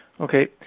Okay